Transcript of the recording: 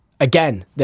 Again